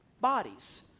bodies